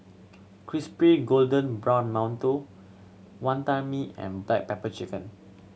crispy golden brown mantou Wonton Mee and black pepper chicken